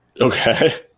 okay